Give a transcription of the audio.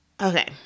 okay